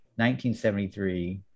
1973